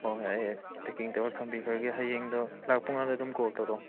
ꯍꯣꯏ ꯍꯣꯏ ꯑꯩ ꯄꯦꯛꯀꯤꯡ ꯇꯧꯔ ꯊꯝꯕꯤꯈ꯭ꯔꯒꯦ ꯍꯌꯦꯡꯗꯣ ꯂꯥꯛꯄ ꯀꯥꯟꯗ ꯑꯗꯨꯝ ꯀꯣꯜ ꯇꯧꯔꯛꯑꯣ